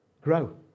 grow